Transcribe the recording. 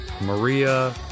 Maria